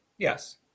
Yes